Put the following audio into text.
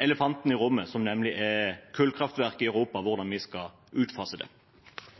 elefanten i rommet, som nemlig er kullkraftverk i Europa og hvordan vi skal utfase det.